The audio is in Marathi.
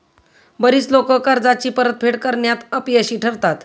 बरीच लोकं कर्जाची परतफेड करण्यात अपयशी ठरतात